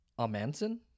Amanson